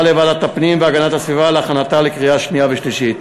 לוועדת הפנים והגנת הסביבה להכנתה לקריאה שנייה ושלישית.